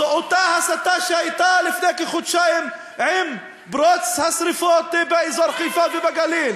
זו אותה הסתה שהייתה לפני כחודשיים עם פרוץ השרפות באזור חיפה והגליל.